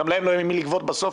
גם להם לא יהיה ממי לגבות בסוף